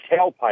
tailpipe